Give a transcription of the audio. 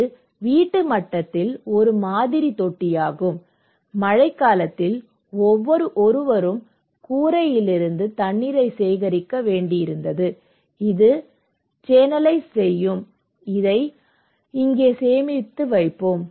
இது வீட்டு மட்டத்தில் ஒரு மாதிரி தொட்டியாகும் மழைக்காலத்தில் ஒருவர் கூரையிலிருந்து தண்ணீரை சேகரிக்க வேண்டியிருந்தது இது சேனலைஸ் செய்யும் அதை இங்கே சேமித்து வைப்போம்